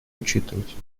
учитывать